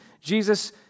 Jesus